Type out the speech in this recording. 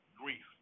grief